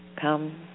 come